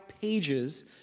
pages